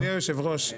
אדוני היושב ראש,